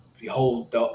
Behold